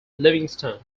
livingstone